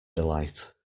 delight